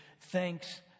thanks